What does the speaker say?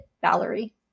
Valerie